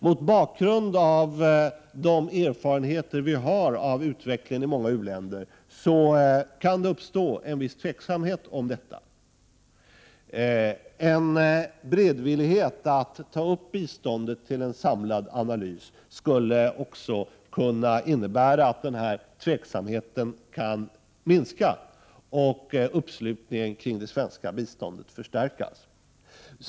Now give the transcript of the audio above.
Mot bakgrund av de erfarenheter som vi har av utvecklingen i många u-länder kan det uppstå en viss tveksamhet om detta. En beredvillighet att ta upp biståndet till en samlad analys skulle också kunna innebära att den här tveksamheten kunde minska och uppslutningen kring det svenska biståndet förstärkas.